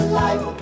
life